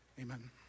amen